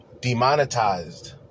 demonetized